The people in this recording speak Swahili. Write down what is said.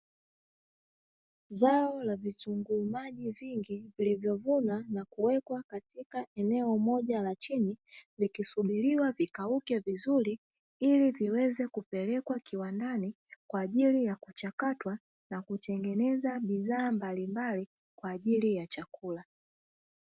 Zao la vitunguu maji vingi, vilivyovunwa na kuwekwa katika eneo moja la chini; vikisubiriwa vikauke vizuri ili viweze kupelekwa kiwandani kwa ajili ya kuchakatwa na kutengeneza bidhaa mbalimbali kwa ajili ya chakula.